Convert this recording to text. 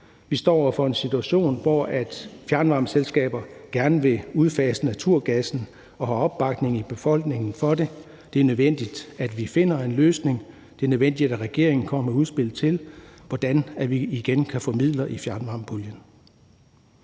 Vi står over for en situation, hvor fjernvarmeselskaber gerne vil udfase naturgassen og har opbakning i befolkningen til det. Det er nødvendigt, at vi finder en løsning. Det er nødvendigt, at regeringen kommer med udspil til, hvordan vi igen kan få midler i fjernvarmepuljen.